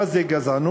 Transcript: מה זה גזענות,